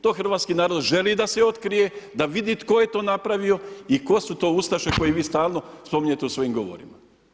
To hrvatski narod želi da se otkrije, da vidi tko je to napravio i tko su to ustaše koje vi stalno spominjete u svojim govorima.